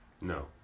No